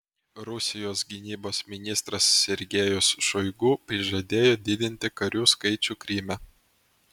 rusijos gynybos ministras sergejus šoigu prižadėjo didinti karių skaičių kryme